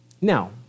Now